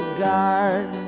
guard